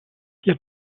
ihr